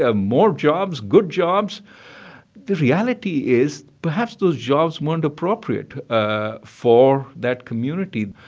ah more jobs, good jobs the reality is perhaps those jobs weren't appropriate ah for that community.